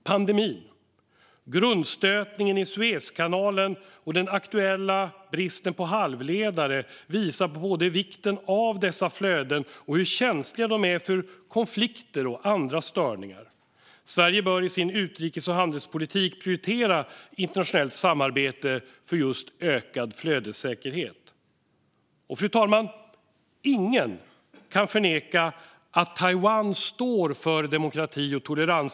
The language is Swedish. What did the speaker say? Pandemin, grundstötningen i Suezkanalen och den aktuella bristen på halvledare visar på både vikten av dessa flöden och hur känsliga de är för konflikter och andra störningar. Sverige bör i sin utrikes och handelspolitik prioritera internationellt samarbete för ökad flödessäkerhet. Fru talman! Ingen kan förneka att Taiwan står för demokrati och tolerans.